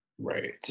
Right